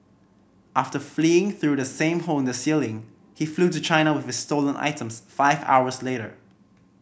after fleeing through the same hole in the ceiling he flew to China with his stolen items five hours later